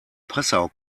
passau